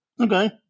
okay